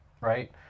right